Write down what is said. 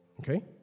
Okay